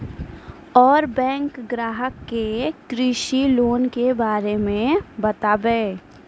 और बैंक ग्राहक के कृषि लोन के बारे मे बातेबे?